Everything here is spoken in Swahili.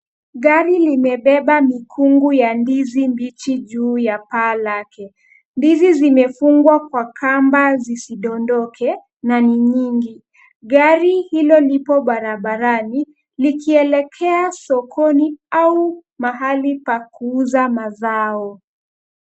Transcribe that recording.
Gari limebeba mikungu ya ndizi mbichi juu ya paa lake. Ndizi zimefungwa kwa kamba zisidondoke, na ni nyingi. Gari hilo lipo barabarani, likielekea sokoni au mahali pa kuuza mazao.